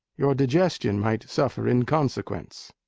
your digestion might suffer in consequence.